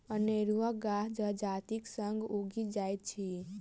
अनेरुआ गाछ जजातिक संग उगि जाइत अछि